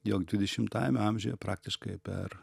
jog dvidešimtajame amžiuje praktiškai per